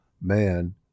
man